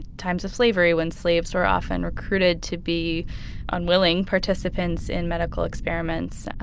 times of slavery, when slaves were often recruited to be unwilling participants in medical experiments.